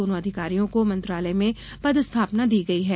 दोनों अधिकारियों को मंत्रालय में पदस्थापना दी गई है